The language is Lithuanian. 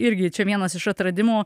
irgi čia vienas iš atradimų